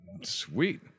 Sweet